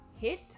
hit